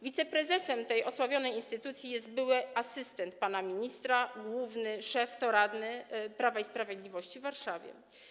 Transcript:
Wiceprezesem tej osławionej instytucji jest były asystent pana ministra, a główny szef to radny Prawa i Sprawiedliwości w Warszawie.